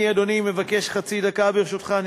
אני, אדוני, מבקש חצי דקה, ברשותך.